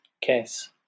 case